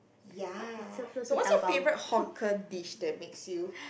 ya so what's your favourite hawker dish that make you